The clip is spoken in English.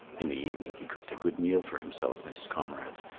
in the evening he cooked a good meal for himself and his comrades.